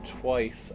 twice